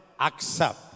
accept